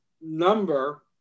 number